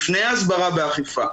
לפני הסברה ואכיפה.